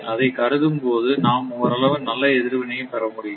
அதை கருதும் போது நாம் ஓரளவு நல்ல எதிர்வினையை பெற முடியும்